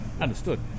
understood